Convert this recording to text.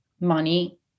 money